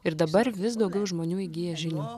ir dabar vis daugiau žmonių įgyja žinių